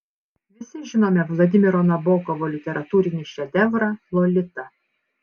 visi žinome vladimiro nabokovo literatūrinį šedevrą lolita